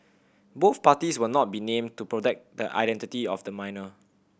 both parties will not be named to protect the identity of the minor